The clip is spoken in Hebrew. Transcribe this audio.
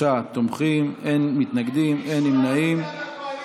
63 תומכים, אין מתנגדים, אין נמנעים.